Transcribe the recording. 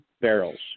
barrels